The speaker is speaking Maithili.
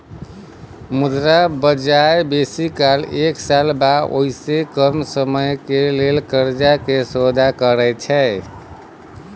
मुद्रा बजार बेसी काल एक साल वा ओइसे कम समयक लेल कर्जा के सौदा करैत छै